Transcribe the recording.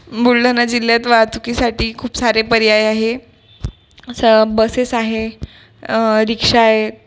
बुलढाणा जिल्ह्यात वाहतुकीसाठी खूप सारे पर्याय आहे असं बसेस आहे रिक्षा आहे